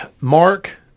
Mark